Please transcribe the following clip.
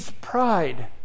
pride